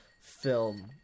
film